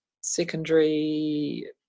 Secondary